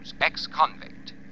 ex-convict